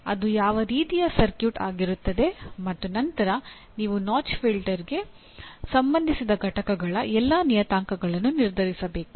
ಅದು ಯಾವ ರೀತಿಯ ಸರ್ಕ್ಯೂಟ್ ಆಗಿರುತ್ತದೆ ಮತ್ತು ನಂತರ ನೀವು ನಾಚ್ ಫಿಲ್ಟರ್ಗೆ ಸಂಬಂಧಿಸಿದ ಘಟಕಗಳ ಎಲ್ಲಾ ನಿಯತಾಂಕಗಳನ್ನು ನಿರ್ಧರಿಸಬೇಕು